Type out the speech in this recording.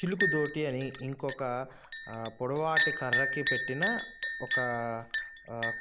చిలుకు దోటి అని ఇంకొక పొడువాటి కర్రకి పెట్టిన ఒక